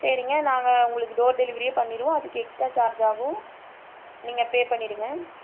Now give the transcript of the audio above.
சரிங்க நாங்கள் உங்களுக்கு டோர் டெலிவரியே பண்ணிருவோம் அதுக்கு எக்ஸ்ட்ரா சார்ஜ் ஆகும் நீங்கள் பே பண்ணிவிடுங்க